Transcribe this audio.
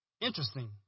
interesting